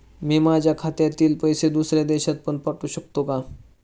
मी माझ्या खात्यातील पैसे दुसऱ्या देशात पण पाठवू शकतो का?